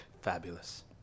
Fabulous